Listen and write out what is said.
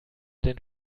den